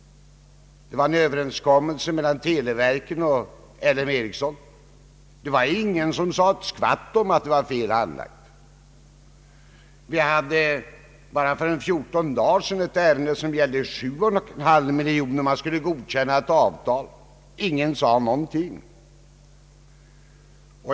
Det var en överenskommelse mellan televerket och L M Ericsson. Ingen sade ett skvatt om att det var fel handlagt! Vi hade för 14 dagar sedan ett ärende, som gällde att godkänna ett avtal på 7,5 miljoner. Ingen sade någonting.